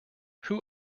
who